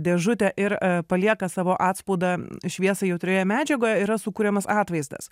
dėžutę ir palieka savo atspaudą šviesai jautrioje medžiagoje yra sukuriamas atvaizdas